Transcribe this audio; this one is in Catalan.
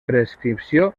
prescripció